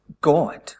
God